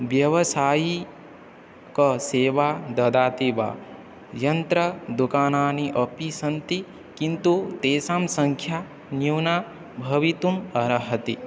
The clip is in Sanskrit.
व्यवसायिक सेवा ददाति वा यन्त्रदुकानानि अपि सन्ति किन्तु तेषां सङ्ख्या न्यूना भवितुम् अर्हति